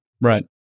Right